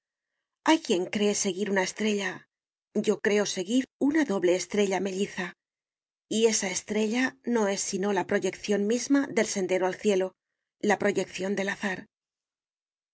hay quien cree seguir una estrella yo creo seguir una doble estrella melliza y esa estrella no es sino la proyección misma del sendero al cielo la proyección del azar un